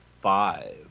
five